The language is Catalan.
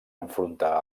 enfrontar